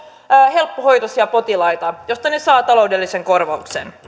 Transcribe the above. helppohoitoisia potilaita joista ne saavat taloudellisen korvauksen